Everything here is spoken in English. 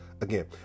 Again